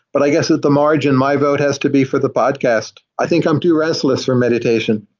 but i guess at the margin, my vote has to be for the podcast. i think i'm too restless for meditation.